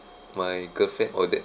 my girlfriend ordered